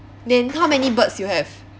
then how many birds you have